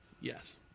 Yes